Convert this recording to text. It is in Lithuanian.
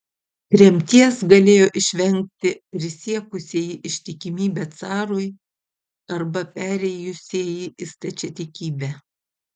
tremties galėjo išvengti prisiekusieji ištikimybę carui arba perėjusieji į stačiatikybę